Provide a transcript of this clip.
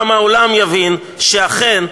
גם העולם יבין שאכן,